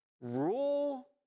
rule